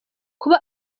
kuba